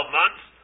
months